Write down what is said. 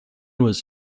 was